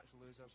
losers